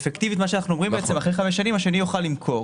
אפקטיבית מה שאנחנו אומרים זה שאחרי חמש שנים השני יוכל למכור